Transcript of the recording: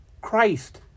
Christ